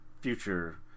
future